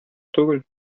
түгел